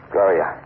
Gloria